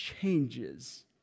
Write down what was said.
changes